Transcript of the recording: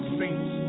saints